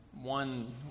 one